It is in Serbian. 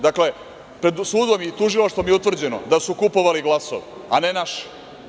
Dakle, pred sudom i tužilaštvom je utvrđeno da su kupovali glasove, a ne naši.